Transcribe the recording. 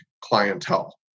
clientele